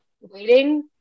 waiting